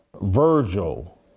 Virgil